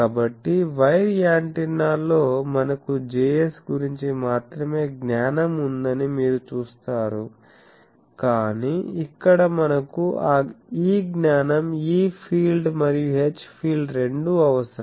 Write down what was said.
కాబట్టి వైర్ యాంటెన్నాల్లో మనకు Js గురించి మాత్రమే జ్ఞానం ఉందని మీరు చూస్తారు కాని ఇక్కడ మనకు ఈ జ్ఞానం E ఫీల్డ్ మరియు H ఫీల్డ్ రెండూ అవసరం